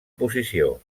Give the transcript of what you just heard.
posició